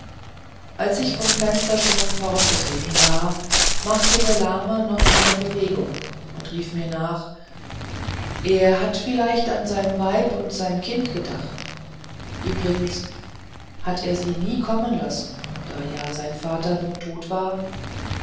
als ich vom fenster schon fortgetreten war machte der lahme noch eine bewegung und rief mir nach er hat vielleicht an sein weib und sein kind gedacht übrigens hat er sie nie kommen lassen da ja sein vater nun tot war